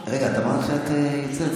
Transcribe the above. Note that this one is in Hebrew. רגע, אמרת שאת יוצאת.